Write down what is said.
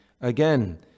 again